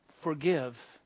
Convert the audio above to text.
forgive